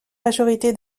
majorité